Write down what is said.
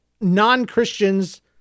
non-Christians